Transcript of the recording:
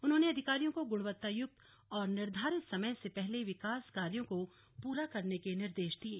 उन्होंने अधिकारियों को गुणवत्ता युक्त और निर्धारित समय से पहले विकास कार्यों को पूरा करने के निर्देश दिये